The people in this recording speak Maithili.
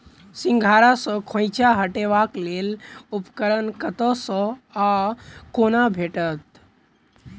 सिंघाड़ा सऽ खोइंचा हटेबाक लेल उपकरण कतह सऽ आ कोना भेटत?